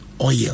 oil